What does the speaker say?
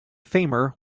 famer